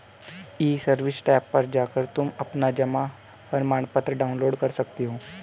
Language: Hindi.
ई सर्विस टैब पर जाकर तुम अपना जमा प्रमाणपत्र डाउनलोड कर सकती हो